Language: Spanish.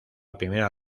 primera